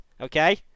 okay